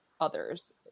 others